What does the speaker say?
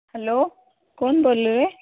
hello कौन बोल रहे